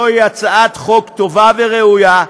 זוהי הצעת חוק טובה וראויה,